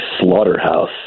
Slaughterhouse